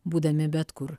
būdami bet kur